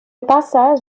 passage